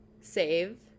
save